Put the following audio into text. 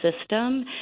system